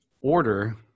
order